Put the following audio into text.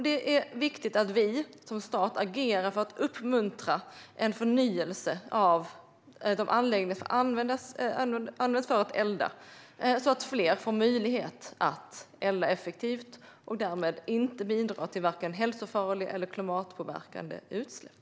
Det är viktigt att vi som stat agerar för att uppmuntra en förnyelse av de anläggningar som används för att elda så att fler får möjlighet att elda effektivt och därmed inte bidra till vare sig hälsofarliga eller klimatpåverkande utsläpp.